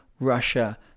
Russia